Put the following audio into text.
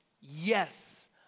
Yes